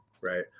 right